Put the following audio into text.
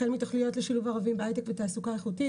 החל מתוכניות לשילוב ערבים בהיי-טק בתעסוקה איכותית,